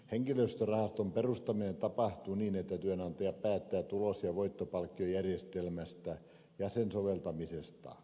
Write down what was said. henkilöstörahaston perustaminen tapahtuu niin että työnantaja päättää tulos ja voittopalkkiojärjestelmästä ja sen soveltamisesta